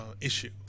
issue